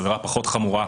עבירה פחות חמורה,